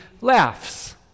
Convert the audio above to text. laughs